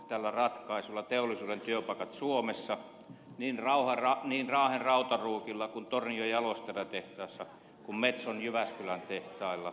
tällä ratkaisulla turvataan teollisuuden työpaikat suomessa niin raahen rautaruukilla kuin tornion jaloterästehtaassa ja metson jyväskylän tehtailla